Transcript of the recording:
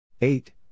Eight